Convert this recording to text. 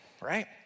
right